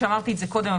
שאמרתי את זה קודם,